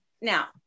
now